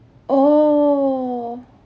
oh